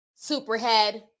superhead